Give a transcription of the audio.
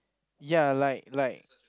ya like like